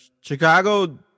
Chicago